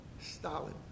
Stalin